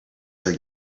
your